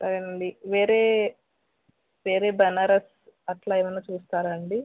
సరేనండి వేరే వేరే బనారస్ అలా ఏమైనా చూస్తారా అండి